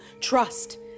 trust